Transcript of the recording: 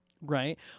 Right